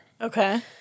Okay